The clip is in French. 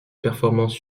performance